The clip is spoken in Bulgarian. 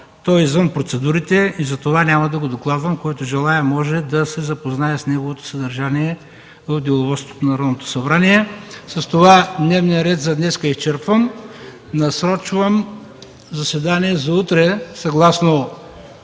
То е извън процедурите. Затова няма да го докладвам. Който желае, може да се запознае с неговото съдържание в Деловодството на Народното събрание. С това дневният ред за днес е изчерпан. Насрочвам заседание за утре, съгласно